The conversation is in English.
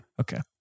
Okay